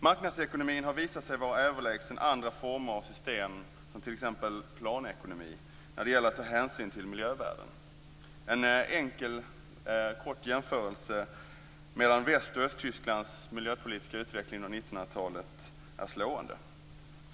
Marknadsekonomin har visat sig vara överlägsen andra former av system som t.ex. planekonomin när det gäller att ta hänsyn till miljövärden. En enkel kort jämförelse mellan Väst och Östtysklands miljöpolitiska utveckling under 1900-talet är slående.